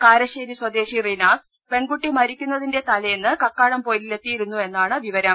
കാരശ്ശേരി സ്വദേശി റിനാസ് പെൺകു ട്ടി മരിക്കുന്നതിന്റെ തലേന്ന് കക്കാടംപൊയിലിൽ എത്തിയി രുന്നു എന്നാണ് വിവരം